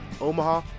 Omaha